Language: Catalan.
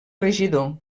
regidor